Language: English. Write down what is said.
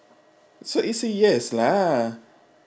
so it's a yes lah